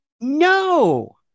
No